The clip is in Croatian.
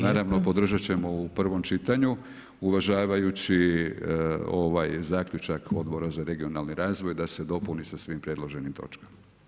Naravno podržati ćemo u prvom čitanju, uvažavajući ovaj zaključak Odbora za regionalni razvoj da se dopuni sa svim predloženim točkama.